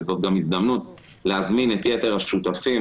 וזאת גם הזדמנות להזמין את יתר השותפים.